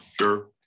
sure